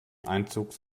einzug